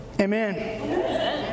Amen